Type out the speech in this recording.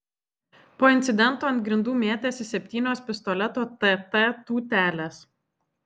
po incidento ant grindų mėtėsi septynios pistoleto tt tūtelės